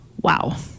Wow